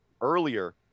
earlier